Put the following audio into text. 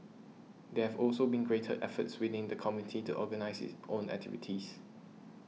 there have also been greater efforts within the community to organise its own activities